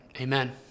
Amen